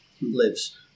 lives